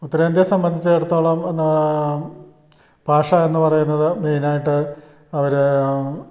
ഉത്തരേന്ത്യയെ സംബന്ധിച്ചെടുത്തോളം എന്താ ഭാഷ എന്നു പറയുന്നത് മെയിനായിട്ട് അവർ